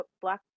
black